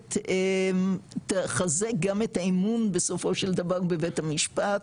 בהחלט תחזק גם את האמון בסופו של דבר בבית המשפט,